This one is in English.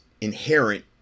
inherent